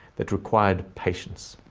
that required patience,